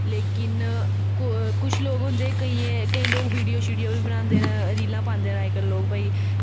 लेकिन को कुछ लोग होंदे केइयें केईं लोक वीडियो शीडियो बी बनांदे न रीलां पांदे न अजकल्ल लोक भाई